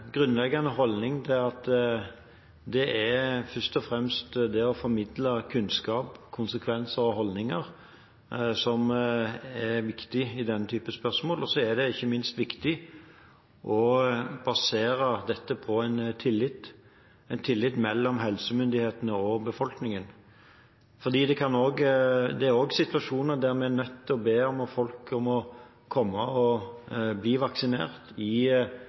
at det først og fremst er det å formidle kunnskap, konsekvenser og holdninger som er viktig i den type spørsmål. Så er det ikke minst viktig å basere dette på tillit, en tillit mellom helsemyndighetene og befolkningen, for det er også situasjoner der vi er nødt til å be folk om å komme og bli vaksinert – i